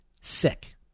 sick